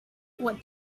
what